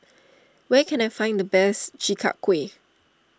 where can I find the best Chi Kak Kuih